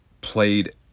played